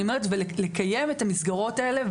אני אומרת ולקיים את המסגרות האלה,